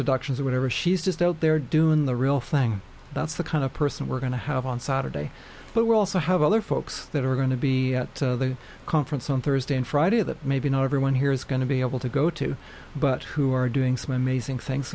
deductions or whatever she's just out there doing the real thing that's the kind of person we're going to have on saturday but we also have other folks that are going to be at the conference on thursday and friday that maybe not everyone here is going to be able to go to but who are doing some amazing things